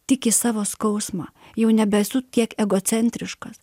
tik į savo skausmą jau nebesu tiek egocentriškas